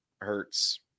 Hertz